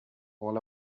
all